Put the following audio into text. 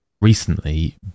recently